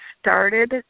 started